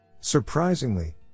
Surprisingly